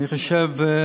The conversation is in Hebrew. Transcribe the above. אני חושב,